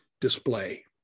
display